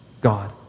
God